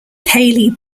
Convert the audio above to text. hayley